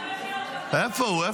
איפה הוא?